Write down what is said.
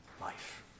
life